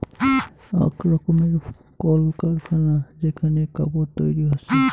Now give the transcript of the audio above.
আক রকমের কল কারখানা যেখানে কাপড় তৈরী হসে